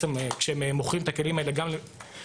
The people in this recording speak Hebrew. כשהם מוכרים את הכלים האלה גם למועדונים,